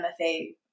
MFA